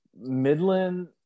Midland